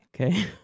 Okay